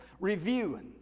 reviewing